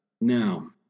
Now